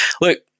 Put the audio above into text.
look